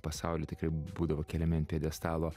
pasaulio tikrai būdavo keliami ant pjedestalo